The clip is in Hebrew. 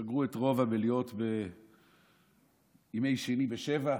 סגרו את רוב המליאות בימי שני ב-19:00,